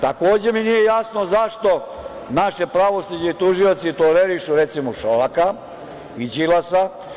Takođe, mi nije jasno zašto naše pravosuđe i tužioci tolerišu recimo Šolaka i Đilasa?